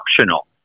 optional